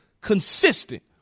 consistent